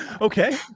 Okay